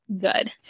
good